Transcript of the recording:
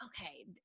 okay